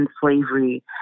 slavery